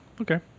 Okay